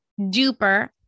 duper